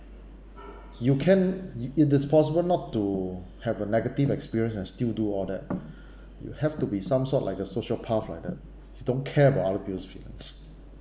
you can if it is possible not to have a negative experience and still do all that you have to be some sort like a sociopath like that don't care about other people feelings